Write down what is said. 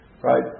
right